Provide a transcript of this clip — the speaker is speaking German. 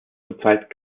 zurzeit